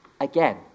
again